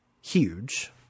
huge